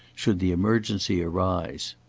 should the emergency arise.